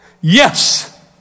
Yes